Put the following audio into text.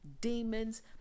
demons